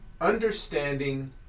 understanding